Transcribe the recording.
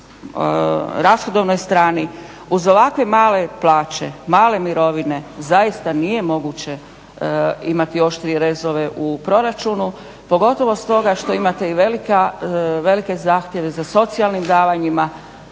u rashodovnoj strani. Uz ovakve male plaće, male mirovine zaista nije moguće imati oštrije rezove u proračunu pogotovo stoga što imate i velike zahtjeve za socijalnim davanjima.